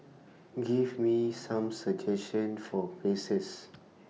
Give Me Some suggestions For Places